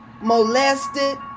molested